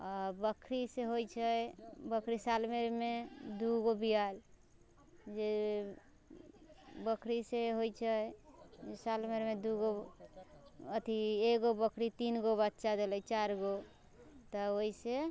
आओर बकरीसँ होइ छै बकरी सालभरिमे दू गो बियाइल जे बकरीसँ होइ छै सालभ रिमेदू गो अथी एगो बकरी तीन गो बच्चा देलै चारि गो तऽ ओइसँ